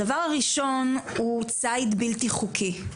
הדבר הראשון הוא ציד בלתי חוקי.